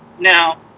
Now